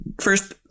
first